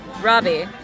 Robbie